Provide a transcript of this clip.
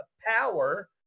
power